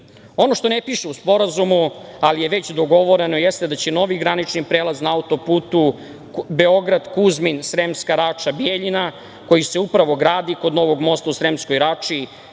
što ne piše u sporazumu, ali je već dogovoreno jeste da će novi granični prelaz na auto-putu Beograd-Kuzmin-Sremska Rača-Bjeljina koji se upravo gradi kod novog mosta u Sremskoj Rači